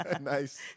Nice